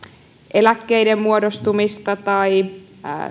eläkkeiden muodostumista tai